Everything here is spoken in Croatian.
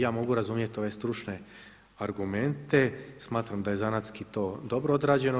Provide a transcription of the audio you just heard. Ja mogu razumjeti ove stručne argumente, smatram da je zanatski to dobro odrađeno.